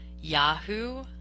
Yahoo